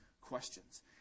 questions